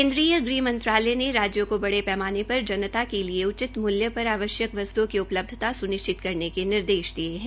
केन्द्रीय गृहमंत्रालय ने राज्यों को बड़े पैमाने पर जनता के लिए उचित मूल्य पर आवश्यक वस्त्ओं की उपलब्धता स्निश्चित करने के निर्देश दिये है